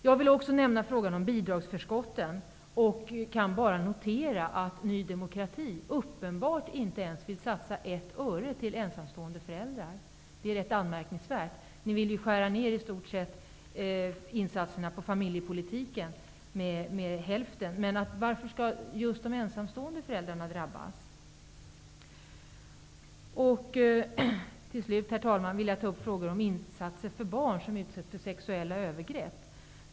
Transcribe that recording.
Jag vill också nämna frågan om bidragsförskotten. Jag kan bara notera att Ny demokrati uppenbarligen inte ens vill satsa ett öre till ensamstående föräldrar. Det är ganska anmärkningsvärt. Ny demokrati vill i stort sett skära ner insatserna på familjepolitiken med hälften. Varför skall just de emsamstående föräldrarna drabbas? Herr talman! Avslutningsvis vill jag ta upp frågor som rör insatser för barn som utsätts för sexuella övergrepp.